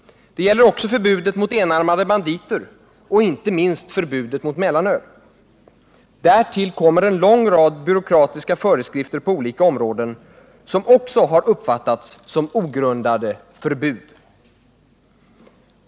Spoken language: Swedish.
Det gäller också förbudet mot enarmade banditer och inte minst förbudet mot mellanöl. Därtill kommer en lång rad byråkratiska föreskrifter på olika områden som också har uppfattats som ogrundade förbud.